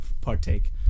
partake